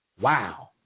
Wow